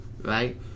right